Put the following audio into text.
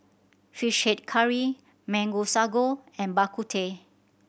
Fish Head Curry Mango Sago and Bak Kut Teh